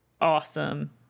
awesome